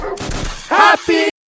Happy